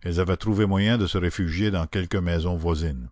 elles avaient trouvé moyen de se réfugier dans quelque maison voisine